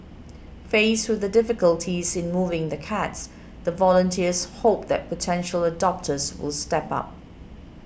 faced with the difficulties in moving the cats the volunteers hope that potential adopters will step up